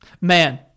Man